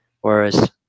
whereas